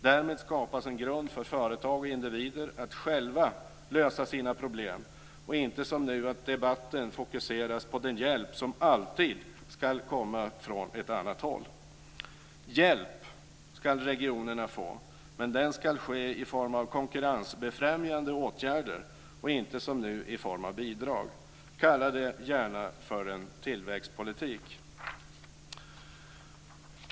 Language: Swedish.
Därmed skapas en grund för företag och individer att själva lösa sina problem. Det blir alltså inte som nu när debatten fokuseras på den hjälp som alltid ska komma från ett annat håll. Regionerna ska få hjälp, men de ska få den i form av konkurrensbefrämjande åtgärder och inte som nu i form av bidrag. Kalla det gärna för en tillväxtpolitik!